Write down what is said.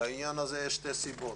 לעניין הזה יש שתי סיבות.